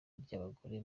ry’abagore